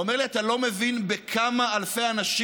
הוא אומר לי: אתה לא מבין בכמה אלפי אנשים,